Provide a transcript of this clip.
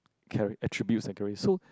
carry attributes and carry so